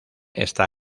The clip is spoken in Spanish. está